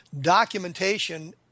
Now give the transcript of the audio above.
documentation